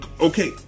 Okay